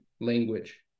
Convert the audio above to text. language